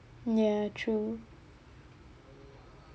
ya true